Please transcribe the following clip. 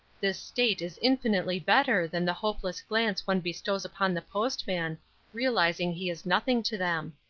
this state is infinitely better than the hopeless glance one bestows upon the postman, realizing he is nothing to them.